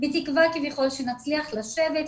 בתקווה שנצליח לשבת,